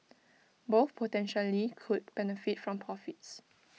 both potentially could benefit from profits